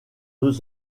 deux